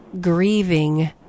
grieving